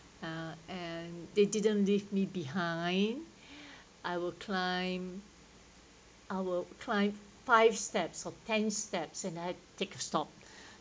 uh and they didn't leave me behind I will climb I will climb five steps or ten steps and I take a stop